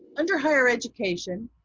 under higher education,